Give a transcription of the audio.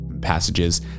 passages